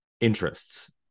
interests